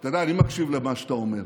מתי אתה יצאת החוצה בפעם האחרונה?